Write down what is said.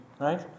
Right